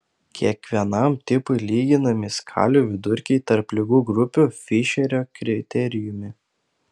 kiekvienam tipui lyginami skalių vidurkiai tarp ligų grupių fišerio kriterijumi